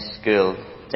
school